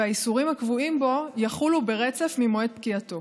והאיסורים הקבועים בו יחולו ברצף ממועד פקיעתו.